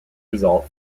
result